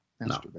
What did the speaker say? No